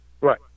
Right